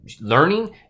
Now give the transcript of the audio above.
learning